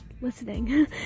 listening